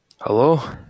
Hello